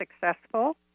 Successful